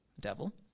Devil